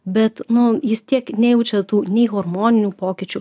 bet nu jis tiek nejaučia tų nei hormoninių pokyčių